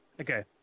Okay